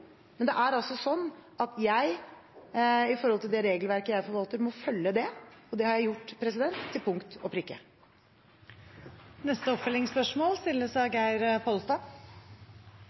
Men det er altså slik at jeg må følge det regelverket jeg forvalter, og det har jeg gjort til punkt og prikke. Det blir oppfølgingsspørsmål – først Geir Pollestad.